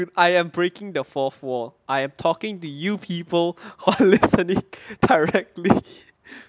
I am breaking the fourth wall I am talking to you people who are listening directly